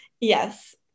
yes